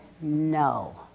no